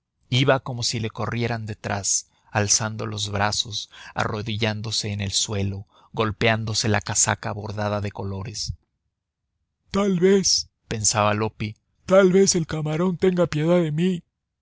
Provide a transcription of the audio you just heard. iba como si le corrieran detrás alzando los brazos arrodillándose en el suelo golpeándose la casaca bordada de colores tal vez pensaba loppi tal vez el camarón tenga piedad de mí